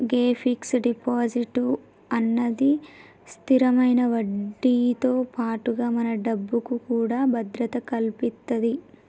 గే fix deposit అన్నది స్థిరమైన వడ్డీతో పాటుగా మన డబ్బుకు కూడా భద్రత కల్పితది